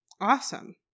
awesome